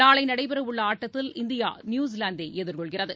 நாளை நடைபெறவுள்ள ஆட்டத்தில் இந்தியா நியூஸிலாந்தை எதிர்கொள்கிறது